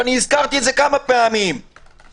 ואני הזכרתי את זה כמה פעמים שמ-1957,